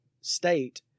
state